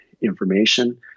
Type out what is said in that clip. information